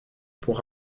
pour